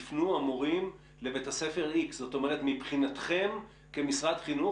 יפנו המורים לבית הספר X. זאת אומרת מבחינתכם כמשרד חינוך